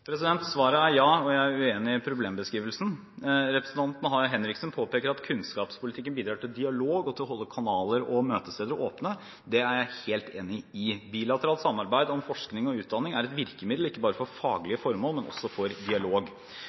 Svaret er ja, og jeg er uenig i problembeskrivelsen. Representanten Henriksen påpeker at kunnskapspolitikken bidrar til dialog og til å holde kanaler og møtesteder åpne. Det er jeg helt enig i. Bilateralt samarbeid om forskning og utdanning er et virkemiddel, ikke bare for faglige formål, men også for dialog.